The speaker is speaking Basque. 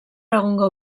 egungo